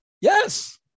yes